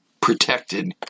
protected